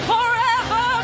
Forever